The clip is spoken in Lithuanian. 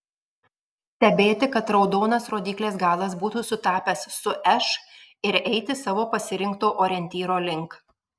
stebėti kad raudonas rodyklės galas būtų sutapęs su š ir eiti savo pasirinkto orientyro link